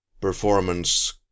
performance